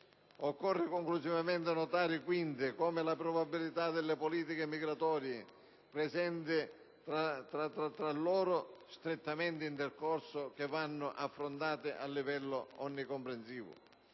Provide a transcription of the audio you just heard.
Occorre conclusivamente notare, quindi, come la problematica delle politiche migratorie presenti aspetti tra loro strettamente interconnessi che vanno affrontati a livello onnicomprensivo.